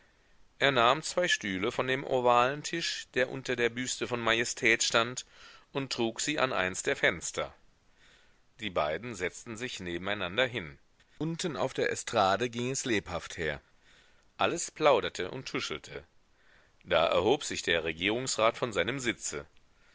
er nahm zwei stühle von dem ovalen tisch der unter der büste von majestät stand und trug sie an eins der fenster die beiden setzten sich nebeneinander hin unten auf der estrade ging es lebhaft her alles plauderte und tuschelte da erhob sich der regierungsrat von seinem sitze